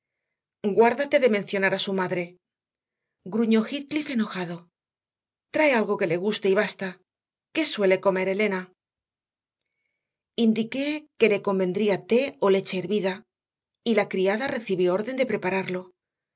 guárdate de mencionar a su madre gruñó heathcliff enojado trae algo que le guste y basta qué suele comer elena indiqué que le convendría té o leche hervida y la criada recibió orden de prepararlo